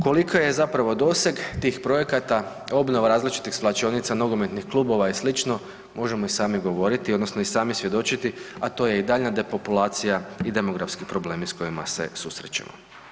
Koliki je zapravo doseg tih projekata, obnova različitih svlačionica, nogometnih klubova i slično možemo i sami govoriti, odnosno i sami svjedočiti a to je i daljnja depopulacija i demografski problemi sa kojima se susrećemo.